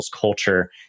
culture